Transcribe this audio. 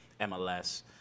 MLS